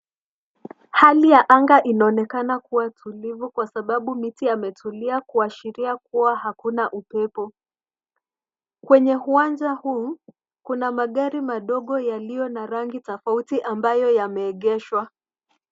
Hali ya anga inaonekana kuwa tulivu kwa sababu miti yametulia kuashiria kuwa hakuna upepo. Kwenye uwanja huu, kuna magari madogo yaliyo na rangi tofauti ambayo yameegeshwa.